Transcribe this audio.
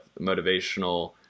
motivational